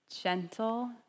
gentle